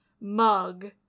mug